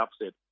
upset